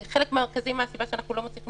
שחלק מרכזי מהסיבה שאנחנו לא מצליחים